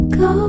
go